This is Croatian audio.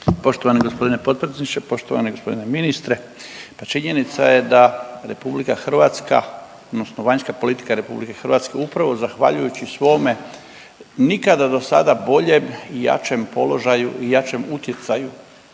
Poštovani gospodine potpredsjedniče, poštovani gospodine ministre, pa činjenica je da RH odnosno vanjska politika RH upravo zahvaljujući svome nikada dosada boljem položaju i jačem utjecaju